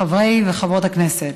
חברי וחברות הכנסת,